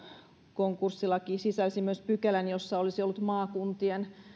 konkurssilaki sisälsi myös pykälän jossa olisi ollut maakuntien